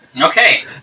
Okay